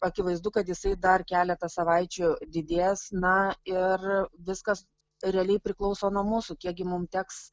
akivaizdu kad jisai dar keletą savaičių didės na ir viskas realiai priklauso nuo mūsų kiekgi mum teks